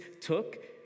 took